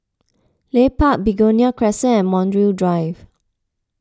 Leith Park Begonia Crescent and Montreal Drive